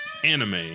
anime